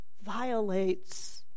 violates